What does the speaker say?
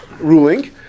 ruling